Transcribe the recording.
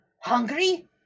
hungry